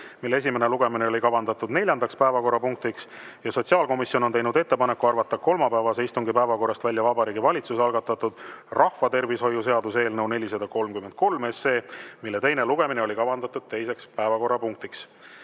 mille esimene lugemine oli kavandatud neljandaks päevakorrapunktiks. Ja sotsiaalkomisjon on teinud ettepaneku arvata kolmapäevase istungi päevakorrast välja Vabariigi Valitsuse algatatud rahvatervishoiu seaduse eelnõu 433, mille teine lugemine oli kavandatud teiseks päevakorrapunktiks.